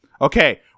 Okay